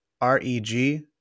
R-E-G